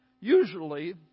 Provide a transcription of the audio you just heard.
usually